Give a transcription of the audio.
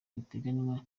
biteganywa